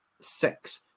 six